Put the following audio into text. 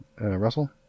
Russell